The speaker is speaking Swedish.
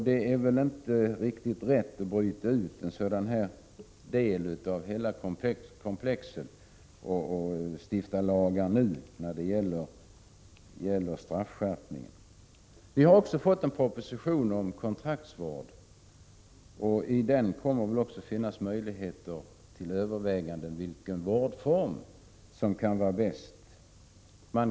Det kan inte vara riktigt att nu bryta ut en del av hela detta frågekomplex för att införa lagbestämmelser om straffskärpningar. Vi har också fått en proposition om kontraktsvård, och det kommer väl i samband med behandlingen av den att finnas möjligheter till överväganden om vilken vårdform som är den bästa.